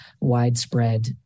widespread